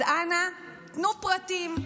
אז אנא, תנו פרטים.